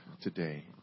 today